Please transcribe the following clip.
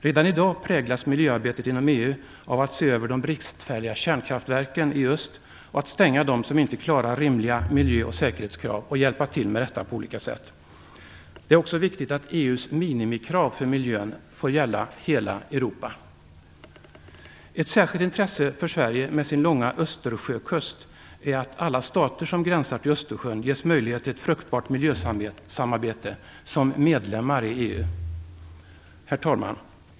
Redan i dag präglas miljöarbetet inom EU av strävan att se över de bristfälliga kärnkraftverken i öst, stänga dem som inte klarar rimliga miljö och säkerhetskrav och hjälpa till med detta på olika sätt. Det är också viktigt att EU:s minimikrav för miljön får gälla för hela Europa. Ett särskilt intresse för Sverige med dess långa Östersjökust är att alla stater som gränsar till Östersjön ges möjlighet till ett fruktbart miljösamarbete som medlemmar i EU. Herr talman!